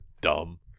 Dumb